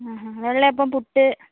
അ വെള്ളയപ്പം പുട്ട്